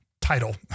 Title